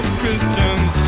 christians